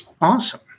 Awesome